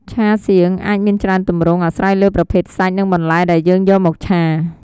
ឆាសៀងអាចមានច្រើនទម្រង់ អាស្រ័យលើប្រភេទសាច់ និងបន្លែដែលយើងយកមកឆា។